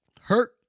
hurt